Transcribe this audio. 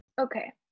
okay